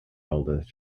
eldest